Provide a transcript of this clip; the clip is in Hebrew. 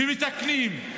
ומתקנים,